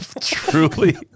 truly